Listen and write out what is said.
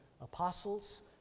apostles